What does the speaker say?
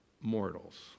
mortals